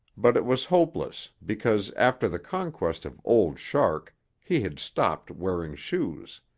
but it was hopeless because after the conquest of old shark he had stopped wearing shoes.